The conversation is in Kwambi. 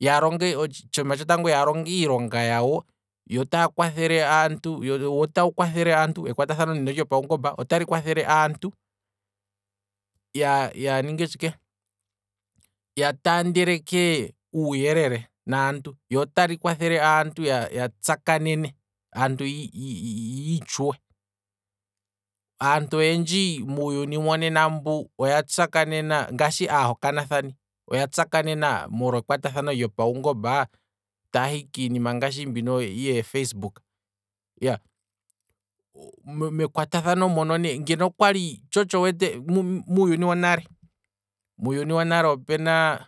ya longe iilonga yawo, yo taa kwathele aantu, wo otawu kwathele aantu, ekwata thano ndino lyopaungomba otali kwathele aantu, ya- ya- yaninge tshike, ya taandeleke uuyelele lootali kwathele aantu ya tsakanene, aantu yii tshuwe, aantu oyendji muuyuni mbu wanaka nena mbu, uunene aahokana thani oya tsakanena molwa omakwata thano gopaungomba, taahi kiinima ngaashi mbika yeefacebook, iyaa, mekwatathano mono ne ngeno okwali, tsho tsho wu wete muuyuni wonale, muuyuni wonale opena